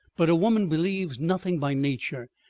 but a woman believes nothing by nature.